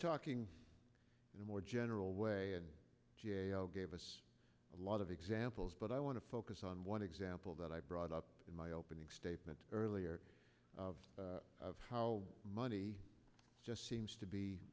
talking in a more general way and g a o gave us a lot of examples but i want to focus on one example that i brought up in my opening statement earlier of of how money just seems to be